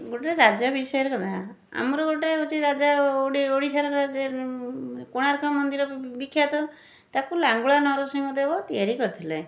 ଗୋଟେ ରାଜା ବିଷୟରେ କଥା ଆମର ଗୋଟେ ହେଉଛି ରାଜା ଗୋଟେ ଓଡ଼ିଶାର ରାଜା କୋଣାର୍କ ମନ୍ଦିର ବିଖ୍ୟାତ ତାକୁ ଲାଙ୍ଗୁଳା ନରସିଂହ ଦେବ ତିଆରି କରିଥିଲେ